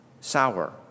sour